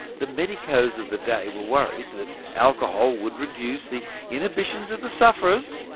the medicos of the day were worried that alcohol would reduce the inhibitions of the sufferers,